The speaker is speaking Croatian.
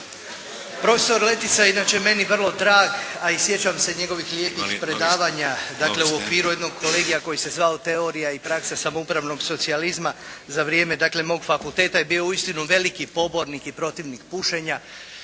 Profesor Letica je inače meni vrlo drag a i sjećam se njegovih lijepih predavanja dakle u okviru jednog kolegija koji se zvao "Teorija i praksa samoupravnog socijalizma". Za vrijeme dakle mog fakulteta je bio uistinu veliki pobornik i protivnik pušenja.